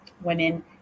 women